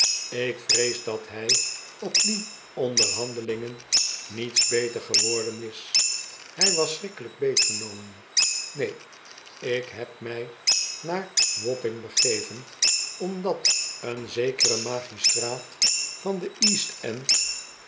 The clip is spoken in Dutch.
ik vrees dat hij op die onderhandelingen niets beter geworden is hij was schrikkelijk beetgenomen neen ik heb mij naar wapping begeven omdat een zekere magistraat van de east end